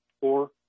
four